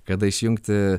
kada išjungti